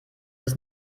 ist